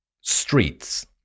streets